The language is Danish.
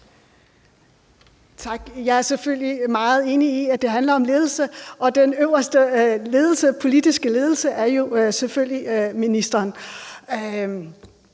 Tak. Jeg er selvfølgelig meget enig i, at det handler om ledelse, og den øverste politiske ledelse er jo selvfølgelig ministeren.